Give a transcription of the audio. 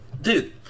Dude